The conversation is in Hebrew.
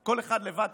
כל אחד לבד,